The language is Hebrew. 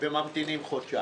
וממתינים חודשיים.